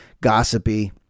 gossipy